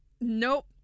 Nope